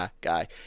guy